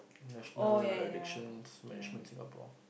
national addictions management Singapore